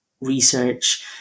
research